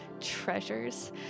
treasures